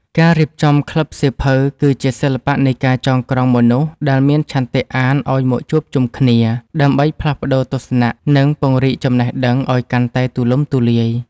ការរៀបចំក្លឹបសៀវភៅ គឺជាសិល្បៈនៃការចងក្រងមនុស្សដែលមានឆន្ទៈអានឱ្យមកជួបជុំគ្នា ដើម្បីផ្លាស់ប្តូរទស្សនៈ និងពង្រីកចំណេះដឹងឱ្យកាន់តែទូលំទូលាយ។